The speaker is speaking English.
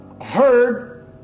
heard